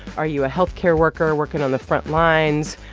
are you a health care worker working on the front lines?